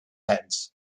heads